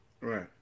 Right